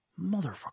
motherfucker